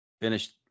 Finished